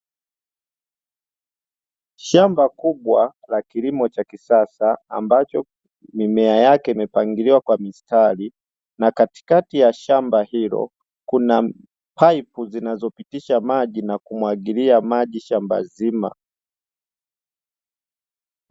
Shamba kubwa la kilimo cha kisasa ambacho mimea yake imepangiliwa kwa mistari, na katikati ya shamba hilo kuna paipu zinazopitisha maji na kumwagilia maji shamba zima.